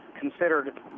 considered